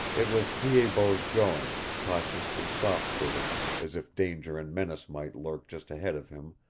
it was pied-bot's going, cautious and soft-footed, as if danger and menace might lurk just ahead of him,